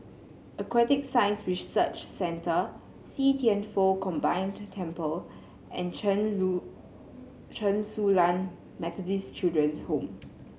Aquatic Science Research Centre See Thian Foh Combined Temple and Chen Lu Chen Su Lan Methodist Children's Home